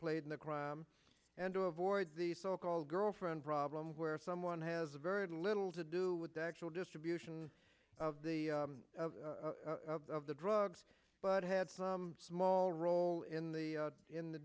played in the crime and to avoid the so called girlfriend problem where someone has very little to do with the actual distribution of the of the drugs but had some small role in the in the